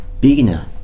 beginner